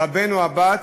או הבן או הבת,